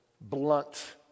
blunt